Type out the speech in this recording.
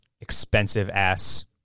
expensive-ass